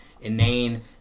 inane